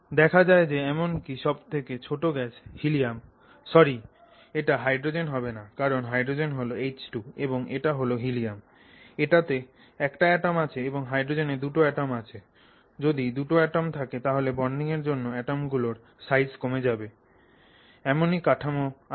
দেখা যায় যে এমনকি সব থেকে ছোট গ্যাস - হীলিয়াম্ সরি এটা হাইড্রোজেন হবে না কারণ হাইড্রোজেন হল H2 এবং এটা হল হিলিয়াম এটাতে একটা অ্যাটম আছে এবং হাইড্রোজেনে দুটো অ্যাটম আছে যদি দুটো অ্যাটম থাকে তাহলে বন্ডিং এর জন্য অ্যাটম গুলোর সাইজ কমে যাবে এমনই কাঠামো আছে